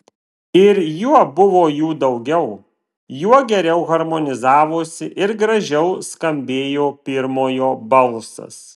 ir juo buvo jų daugiau juo geriau harmonizavosi ir gražiau skambėjo pirmojo balsas